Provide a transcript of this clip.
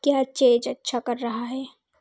क्या चेज अच्छा कर रहा है